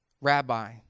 rabbi